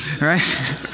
right